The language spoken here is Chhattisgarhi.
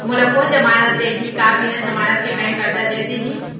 मोला कोन जमानत देहि का बिना जमानत के बैंक करजा दे दिही?